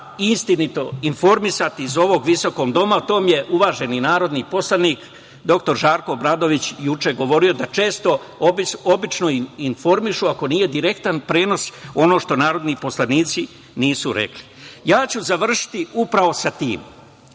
istinito informisati iz ovog visokog doma. O tome je uvaženi narodni poslanik dr Žarko Obradović juče govorio, da često, obično informišu ako nije direktan prenos ono što narodni poslanici nisu rekli. Završiću upravo sa tim.